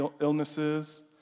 illnesses